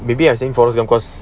maybe I'm saying forrest gump cause